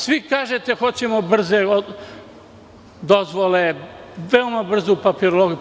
Svi kažete – hoćemo brze dozvole, brzu papirologiju, itd.